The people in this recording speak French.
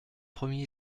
premier